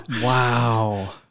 Wow